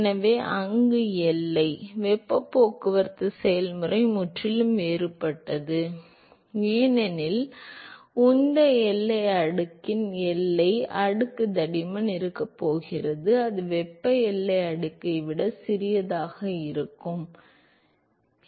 எனவே அங்கு எல்லை வெப்பப் போக்குவரத்து செயல்முறை முற்றிலும் வேறுபட்டது ஏனெனில் உந்த எல்லை அடுக்கின் எல்லை அடுக்கு தடிமன் இருக்கப் போகிறது அது வெப்ப எல்லை அடுக்கை விட சிறியதாக இருக்கும்